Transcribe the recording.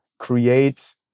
Create